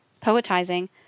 poetizing